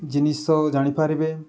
ଜିନିଷ ଜାଣିପାରିବେ